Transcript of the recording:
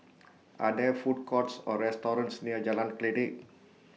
Are There Food Courts Or restaurants near Jalan Kledek